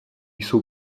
jsou